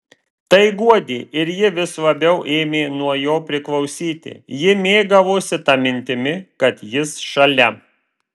tai guodė ir ji vis labiau ėmė nuo jo priklausyti ji mėgavosi ta mintimi kad jis šalia